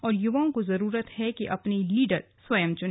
और युवाओं को जरूरत है कि अपने लीडर स्वयं बने